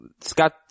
Scott